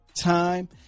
Time